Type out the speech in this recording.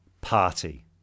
party